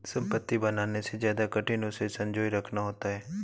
संपत्ति बनाने से ज्यादा कठिन उसे संजोए रखना होता है